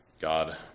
God